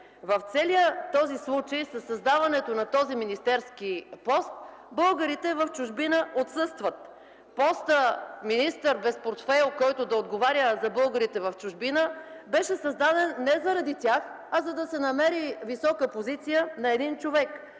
В целия този случай със създаването на този министерски пост българите в чужбина отсъстват. Постът „министър без портфейл”, който да отговаря за българите в чужбина, беше създаден не заради тях, а за да се намери висока позиция на един човек.